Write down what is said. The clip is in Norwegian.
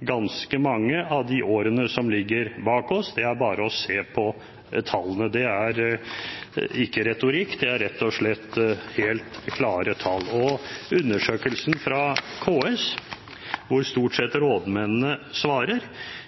ganske mange av de årene som ligger bak oss. Det er bare å se på tallene. Det er ikke retorikk – det er rett og slett helt klare tall. Og undersøkelsen fra KS, hvor stort sett rådmennene svarer,